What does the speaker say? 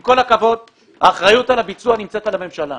עם כל הכבוד, האחריות על הביצוע נמצאת על הממשלה.